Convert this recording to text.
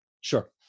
Sure